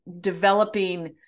developing